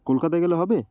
কলকাতায় গেলে হবে